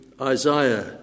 Isaiah